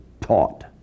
taught